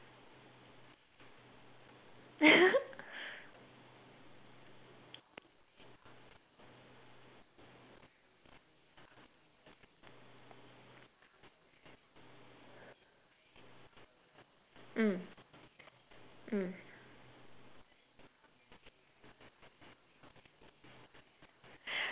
mm mm